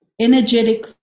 energetic